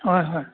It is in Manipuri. ꯍꯣꯏ ꯍꯣꯏ